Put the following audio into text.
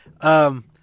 um-